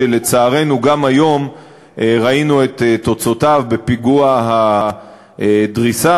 שלצערנו גם היום ראינו את תוצאותיו בפיגוע הדריסה,